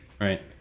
Right